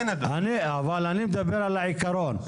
אני מדבר על העיקרון.